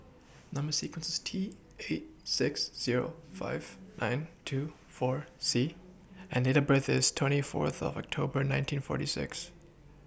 Number sequence IS T eight six Zero five nine two four C and Date of birth IS twenty forth of October nineteen forty six